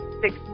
six